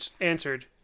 answered